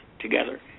together